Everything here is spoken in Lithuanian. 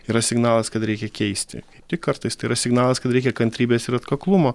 yra signalas kad reikia keisti tik kartais tai yra signalas kad reikia kantrybės ir atkaklumo